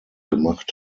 gemacht